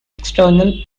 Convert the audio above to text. external